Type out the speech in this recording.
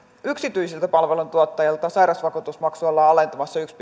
yksityiseltä palveluntuottajalta sairausvakuutusmaksua ollaan alentamassa yksi